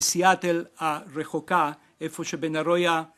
סיאטל הרחוקה, איפה שבן ארויה